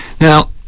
Now